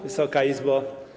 Wysoka Izbo!